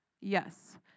Yes